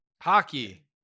hockey